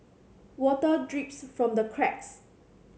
water drips from the cracks